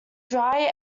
dry